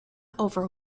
over